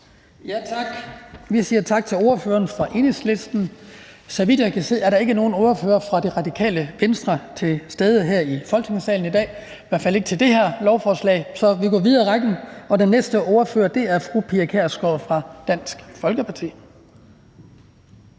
Tak. Vi siger tak til ordføreren for Enhedslisten. Så vidt jeg kan se, er der ikke nogen ordfører for Radikale Venstre til stede her i Folketingssalen i dag, i hvert fald ikke til det her lovforslag, så vi går videre i rækken. Den næste ordfører er fru Pia Kjærsgaard fra Dansk Folkeparti.